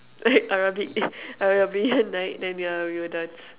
Arabic Arabian night then yeah we will dance